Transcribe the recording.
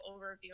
overview